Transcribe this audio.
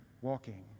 walking